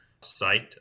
site